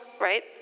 right